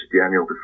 Daniel